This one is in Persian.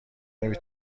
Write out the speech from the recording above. نمی